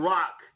Rock